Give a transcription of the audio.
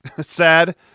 sad